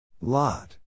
Lot